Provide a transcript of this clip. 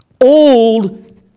old